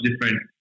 different